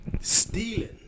stealing